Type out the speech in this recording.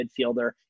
midfielder